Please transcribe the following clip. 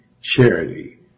charity